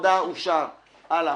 הצבעה בעד